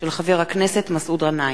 הצעתו לסדר-היום של חבר הכנסת מסעוד גנאים.